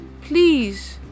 please